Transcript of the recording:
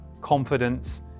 confidence